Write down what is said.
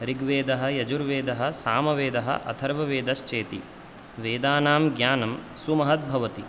ऋग्वेदः यजुर्वेदः सामवेदः अथर्ववेदश्चेति वेदानां ज्ञानं सुमहद्भवति